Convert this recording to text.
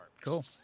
Cool